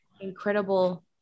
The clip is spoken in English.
incredible